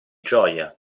gioia